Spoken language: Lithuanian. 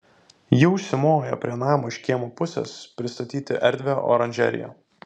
ji užsimojo prie namo iš kiemo pusės pristatyti erdvią oranžeriją